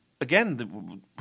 again